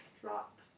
drop